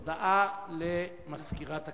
הודעה למזכירת הכנסת.